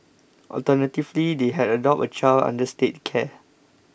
alternatively they had adopt a child under State care